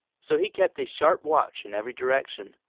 so he kept a sharp watch in every direction,